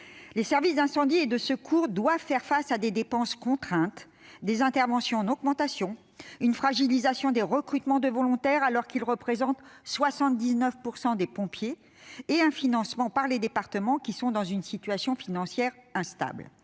Les services d'incendie et de secours doivent faire face à des dépenses contraintes, à des interventions en augmentation, à une fragilisation des recrutements de volontaires alors que ces derniers représentent 79 % des pompiers, et à un financement par les départements qui connaissent des situations financières instables.